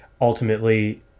ultimately